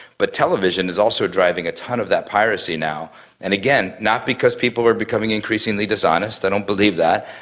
but television is also driving a tonne of that piracy now and, again, not because people are becoming increasingly dishonest, i don't believe that,